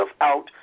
out